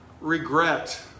regret